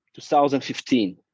2015